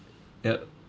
yup